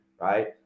right